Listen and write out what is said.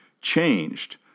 changed